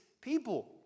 people